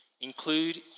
Include